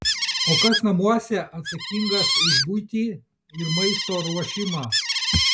o kas namuose atsakingas už buitį ir maisto ruošimą